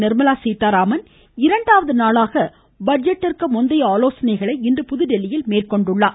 நிர்மலா சீத்தாராமன் இரண்டாவது நாளாக பட்ஜெட்டிற்கு முந்தைய ஆலோசனைகளை இன்று புதுதில்லியில் மேற்கொண்டுள்ளார்